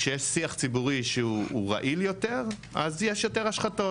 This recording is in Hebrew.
כשיש שיח ציבורי שהוא רעיל יותר אז יש יותר השחתות.